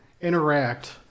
Interact